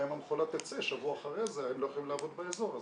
גם אם המכולה תצא שבוע אחרי זה הם לא יכולים לעבוד באזור הזה.